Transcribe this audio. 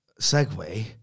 segue